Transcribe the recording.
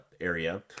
area